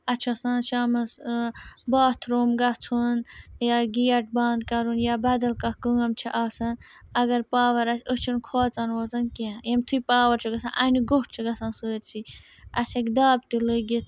اَسہِ چھُ آسان شامَس باتھ روٗم گَژھُن یا گیٹ بَند کَرُن یا بدل کانٛہہ کٲم چھِ آسان اگر پاوَر آسہِ أسۍ چھِنہٕ کھوژان ووژان کینٛہہ یُتھٕے پاوَر چھُ گژھان اَنہِ گوٚٹھ چھُ گژھان سٲرۍسٕے اَسہِ ہیٚکہِ دَب تہِ لٔگِتھ